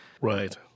Right